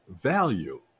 value